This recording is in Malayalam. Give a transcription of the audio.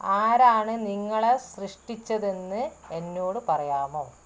ആരാണ് നിങ്ങളെ സൃഷ്ടിച്ചതെന്ന് എന്നോട് പറയാമോ